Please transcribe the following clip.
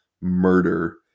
murder